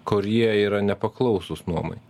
kurie yra nepaklausūs nuomai